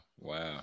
Wow